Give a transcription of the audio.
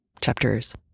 chapters